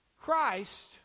Christ